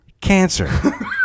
Cancer